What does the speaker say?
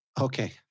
Okay